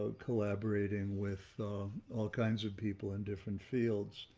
ah collaborating with all kinds of people in different fields.